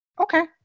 okay